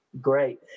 great